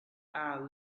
our